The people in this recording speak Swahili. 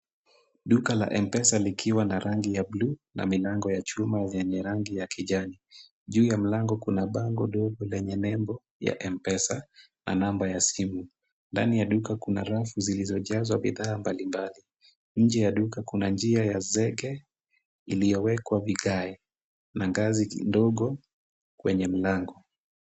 Duka la M-Pesa likiwa na rangi ya bluu na milango ya chuma yenye rangi ya kijani, juu ya mlango kuna bango ndogo lenye nembo ya M-Pesa, na namba ya simu, ndani ya duka kuna rafu zilizochezwa bidhaa mbali mbali, nje ya duka kuna njia ya zege iliyowekwa vigae, na ngazi kidogo kwenye mlango.